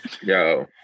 yo